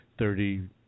Thirty